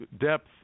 depth